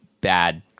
bad